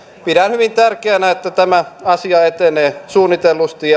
pidän hyvin tärkeänä että tämä asia etenee suunnitellusti